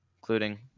including